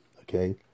okay